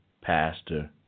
pastor